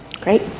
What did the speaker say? Great